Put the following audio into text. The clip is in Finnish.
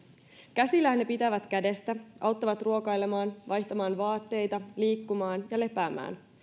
käsillään he pitävät kädestä auttavat ruokailemaan vaihtamaan vaatteita liikkumaan ja lepäämään